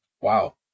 wow